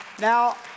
Now